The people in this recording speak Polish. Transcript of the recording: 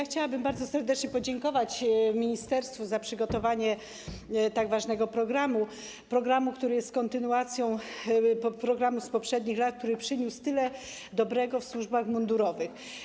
Chciałabym bardzo serdecznie podziękować ministerstwu za przygotowanie tak ważnego programu, który jest kontynuacją programu z poprzednich lat, który przyniósł tyle dobrego w służbach mundurowych.